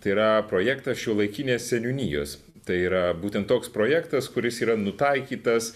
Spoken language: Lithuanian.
tai yra projektas šiuolaikinės seniūnijos tai yra būtent toks projektas kuris yra nutaikytas